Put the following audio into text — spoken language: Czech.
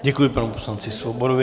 Děkuji panu poslanci Svobodovi.